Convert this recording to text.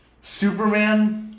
Superman